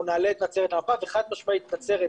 אנחנו נעלה את נצרת על המפה וחד משמעית נצרת